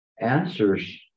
answers